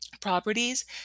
properties